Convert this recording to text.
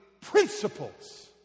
principles